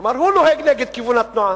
כלומר, הוא נוהג נגד כיוון התנועה.